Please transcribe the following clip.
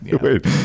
wait